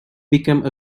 become